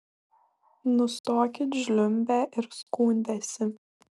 nustokit žliumbę ir skundęsi